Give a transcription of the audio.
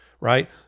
right